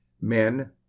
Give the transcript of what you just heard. Men